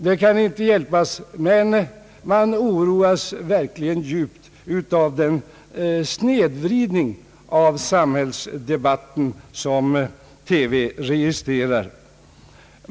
Det kan inte hjälpas men man oroas verkligen djupt av den snedvridning av samhällsdebatten som TV registrerar.